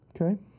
Okay